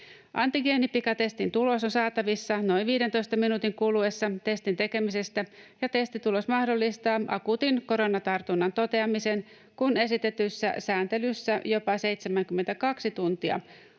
Antigeenipikatestin tulos on saatavissa noin 15 minuutin kuluessa testin tekemisestä, ja testitulos mahdollistaa akuutin koronatartunnan toteamisen, kun esitetyssä sääntelyssä jopa 72 tuntia